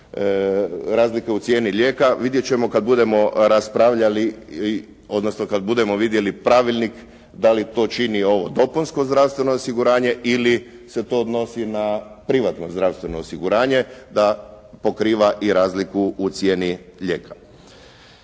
razlike u cijeni lijeka. Vidjet ćemo kada budemo raspravljali odnosno kad budemo vidjeli pravilnik da li to čini ovo dopunsko zdravstveno osiguranje ili se to odnosi na privatno zdravstveno osiguranje da pokriva i razliku u cijeni lijeka.